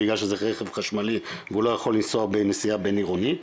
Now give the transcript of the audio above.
בגלל שזה רכב חשמלי והוא לא יכול לנסוע בנסיעה בינעירונית.